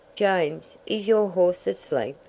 james, is your horse asleep?